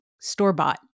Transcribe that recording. store-bought